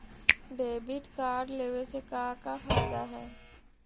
Debit card लेवे से का का फायदा है?